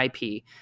ip